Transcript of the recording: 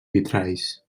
vitralls